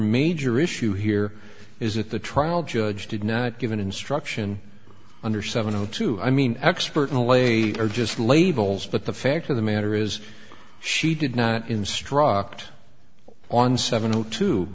major issue here is that the trial judge did not give an instruction under seven o two i mean expert in a way are just labels but the fact of the matter is she did not instruct on seven o two